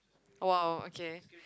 !wow! okay